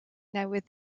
newydd